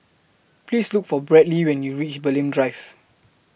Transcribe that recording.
Please Look For Bradly when YOU REACH Bulim Drive